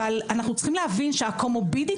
אבל אנחנו צריכים להבין שהקומובידיטי,